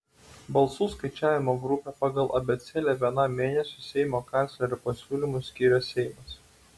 balsų skaičiavimo grupę pagal abėcėlę vienam mėnesiui seimo kanclerio pasiūlymu skiria seimas